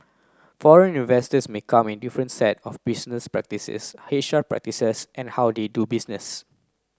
foreign investors may come a different set of business practices H R practices and how they do business